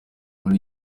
muri